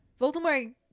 Voldemort